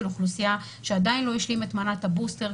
אוכלוסייה שעדיין לא השלים את מנת הבוסטר.